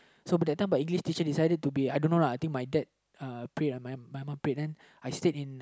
so but that time my English teacher decided to be I don't know lah I think my dad uh prayed or my my mum prayed so I stayed in